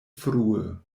frue